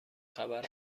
خبر